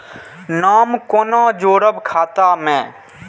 नाम कोना जोरब खाता मे